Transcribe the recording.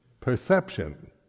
Perception